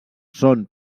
són